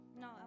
No